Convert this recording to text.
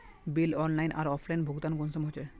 Bill online आर offline भुगतान कुंसम होचे?